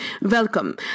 welcome